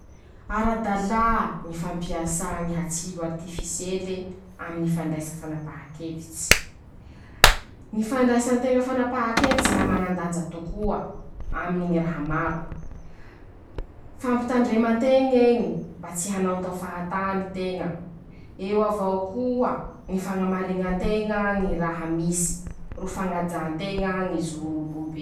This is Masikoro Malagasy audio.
Ara-dalà ñy fampiasà ñy hatsilo aritifisiely aminy fandraisa fanapaha-kevitsy, ñy fandraisanteña fanampahan-kevitsy la manandanja tokoa aminy ñy raha maro, fampitandremanteñ'eñy mba tsy hanaontao fahatany teña, eo avao koa ñy fañamariñanteña ñy raha misy ro fañajà nteña ñy zon'o.